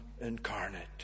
incarnate